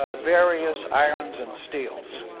ah various irons and steels.